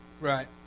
right